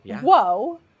Whoa